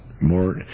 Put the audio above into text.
more